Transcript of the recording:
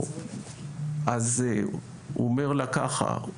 אז הוא אומר לה ככה,